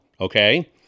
okay